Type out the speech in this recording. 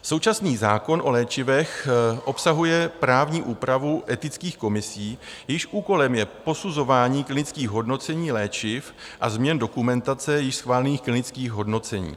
Současný zákon o léčivech obsahuje právní úpravu etických komisí, jejichž úkolem je posuzování klinických hodnocení léčiv a změn dokumentace již schválených klinických hodnocení.